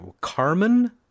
Carmen